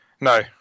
No